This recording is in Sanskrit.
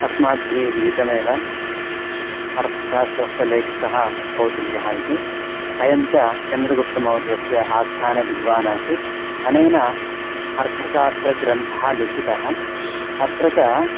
अस्माभिः विदितमेव अर्थशास्त्रस्य लेखकः कौटिल्यः इति अयं चन्द्रगुप्तमौर्यस्य आस्थानविद्वानासीत् अनेन अर्थशास्त्रग्रन्थः लिखितः अत्र च